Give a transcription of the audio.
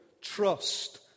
trust